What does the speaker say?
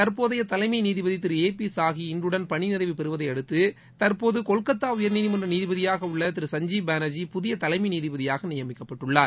தற்போதைய தலைமை நீதிபதி திரு ஏ பி சாஹி இன்றுடன் பணி நிறைவு பெறுவதையடுத்து தற்போது கொல்கத்தா உயர்நீதிமன்ற நீதிபதியாக உள்ள திரு சஞ்ஜீப் பானர்ஜி புதிய தலைமை நீதிபதியாக நியமிக்கப்பட்டுள்ளார்